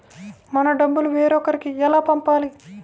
మన డబ్బులు వేరొకరికి ఎలా పంపాలి?